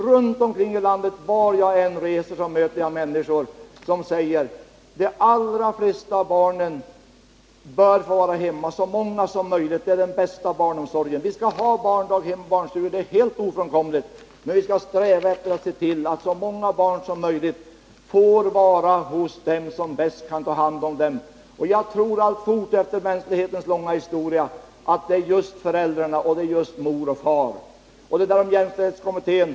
Runt omkring i landet, vart jag än reser, möter jag människor som säger att så många barn som möjligt bör få vara hemma och att det är den bästa barnomsorgen. Att vi skall ha barndaghem och barnstugor är ofrånkomligt, men vi skall sträva efter att så många barn som möjligt får vara hos dem som bäst kan ta hand om dem. Jag tror alltfort — i ljuset av mänsklighetens långa historia — att det är just hos föräldrarna, just hos mor och far. Sedan till vad som sades om jämställdhetskommittén.